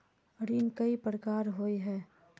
ऋण कई प्रकार होए है?